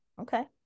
Okay